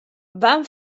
van